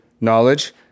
knowledge